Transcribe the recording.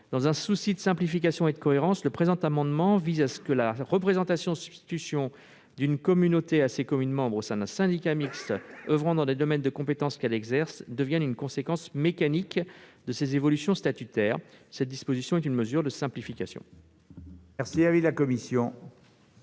Dans un souci de simplification et par cohérence, le présent amendement a pour objet que la représentation-substitution d'une communauté à ses communes membres au sein d'un syndicat mixte oeuvrant dans des domaines de compétence qu'elle exerce devienne une conséquence mécanique de ses évolutions statutaires. Je le répète, cette disposition est une mesure de simplification.